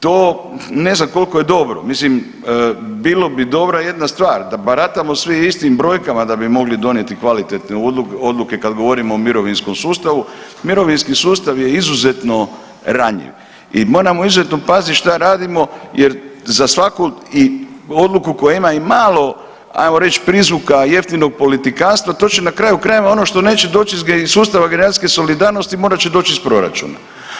To ne znam koliko je dobro, mislim bilo bi dobra jedna stvar, da baratamo svi istim brojkama da bi mogli donijeti kvalitetne odluke kad govorimo o mirovinskom sustavu, mirovinski sustav je izuzetno ranjiv i moramo izuzetno paziti šta radimo jer za svaku odluku koja ima i malo hajmo reći prizvuka jeftinog politikanstva to će na kraju krajeva ono što neće doći iz sustava generacijske solidarnosti morat će doći iz proračuna.